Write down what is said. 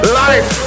life